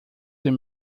dem